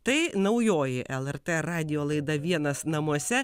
tai naujoji lrt radijo laida vienas namuose